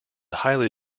highly